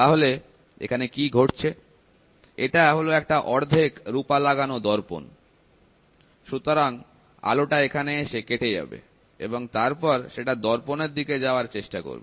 তাহলে এখানে কি ঘটছে এটা হল একটা অর্ধেক রুপা লাগানো দর্পণ সুতরাং আলোটা এখানে এসে কেটে যাবে এবং তারপর সেটা দর্পণের দিকে যাওয়ার চেষ্টা করবে